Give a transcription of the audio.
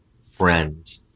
friend